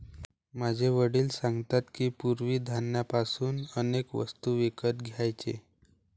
माझे वडील सांगतात की, पूर्वी धान्य पासून अनेक वस्तू विकत घ्यायचे